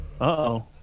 Uh-oh